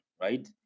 right